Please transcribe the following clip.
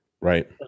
Right